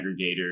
aggregator